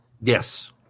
Yes